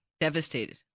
devastated